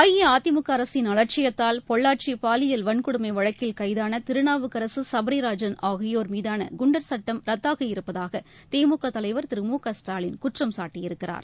அஇஅதிமுக அரசின் அலட்சியத்தால் பொள்ளாச்சி பாலியல் வன்கொடுமை வழக்கில் கைதான திருநாவுக்கரக சுபரிராஜன் ஆகியோர் மீதான குண்டர் சுட்டம் ரத்தாகியிருப்பதாக திமுக தலைவர் திரு மு க ஸ்டாலின் குற்றம் சாட்டியிருக்கிறார்